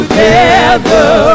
Together